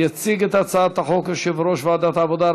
יציג את הצעת החוק יושב-ראש ועדת העבודה,